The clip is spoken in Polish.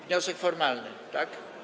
Wniosek formalny, tak?